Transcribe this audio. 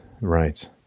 right